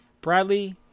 Bradley